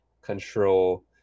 control